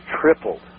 tripled